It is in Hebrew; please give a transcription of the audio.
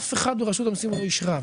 אף אחד ברשות המיסים הוא לא איש רע.